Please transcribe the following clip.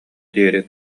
диэри